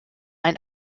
ein